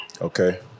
Okay